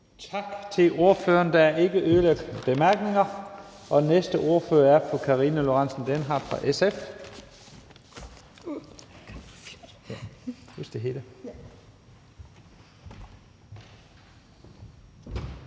Tak til ordføreren. Der er ikke yderligere korte bemærkninger. Den næste ordfører er fru Karina Lorentzen Dehnhardt fra SF.